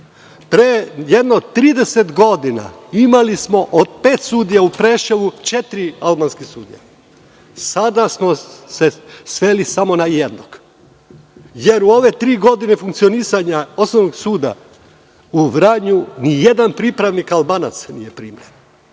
Pre jedno 30 godina imali smo pet sudija u Preševu četiri albanskih sudija. Sada smo se sveli samo na jednog, jer u ove tri godine funkcionisanja Osnovnog suda u Vranju ni jedan pripravnik Albanac nije primljen,